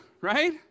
Right